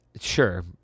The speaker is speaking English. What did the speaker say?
Sure